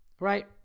Right